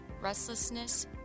restlessness